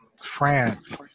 France